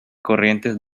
corrientes